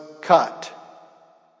cut